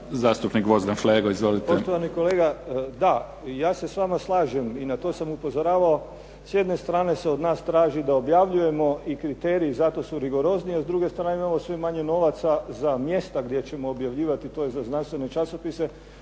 zastupnik Gvozden Flego. Izvolite.